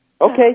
Okay